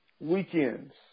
weekends